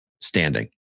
standing